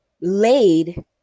laid